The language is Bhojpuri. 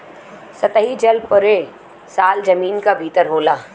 सतही जल पुरे साल जमीन क भितर होला